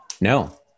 No